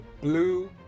Blue